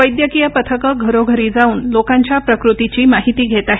वैद्यकीय पथकं घरोघरी जाऊन लोकांच्या प्रकृतीची माहिती घेत आहेत